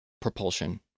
propulsion